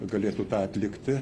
galėtų tą atlikti